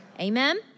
Amen